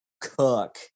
cook